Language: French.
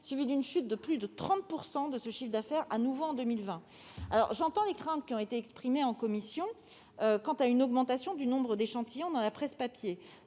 suivie d'une chute de plus de 30 % de ce chiffre d'affaires, en 2020. J'entends les craintes qui ont été exprimées en commission quant à une augmentation du nombre d'échantillons dans la presse papier.